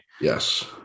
Yes